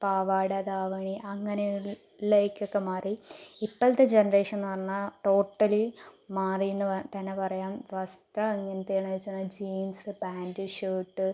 പാവാട ധാവണി അങ്ങനെ ഉള്ളതൊക്കെ മാറി ഇപ്പോഴത്തെ ജനറേഷൻ എന്ന് പറഞ്ഞാൽ ടോട്ടലി മാറി എന്ന് തന്നെ പറയാം വസ്ത്രം എങ്ങനത്തെയാണെന്ന് ചോദിച്ചാൽ ജീൻസ് പാൻറ് ഷർട്ട്